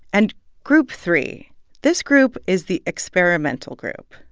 and group three this group is the experimental group.